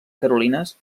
carolines